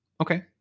Okay